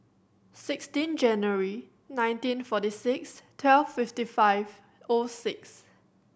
sixteen January nineteen forty six twelve fifty five O six